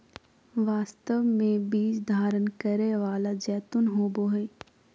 वास्तव में बीज धारण करै वाला जैतून होबो हइ